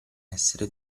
essere